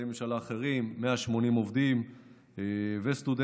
ממשלה אחרים: 180 עובדים וסטודנטים.